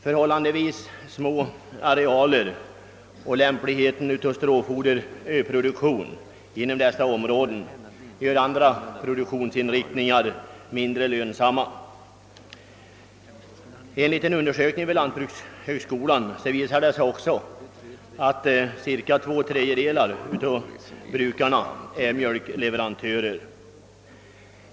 Förhållandevis små arealer och lämpliga betingelser för stråfoderproduktion gör andra produktionsinriktningar i nämnda områden mindre lönsamma. Vid en undersökning på lantbrukshögskolan har det också visat sig att cirka två tredjedelar av jordbrukarna i dessa områden är mjölkleverantörer.